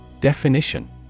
Definition